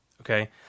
Okay